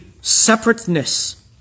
separateness